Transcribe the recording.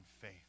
faith